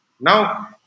now